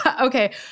Okay